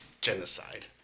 genocide